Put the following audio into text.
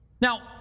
Now